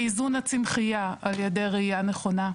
לאיזון הצמחייה על ידי רעייה נכונה;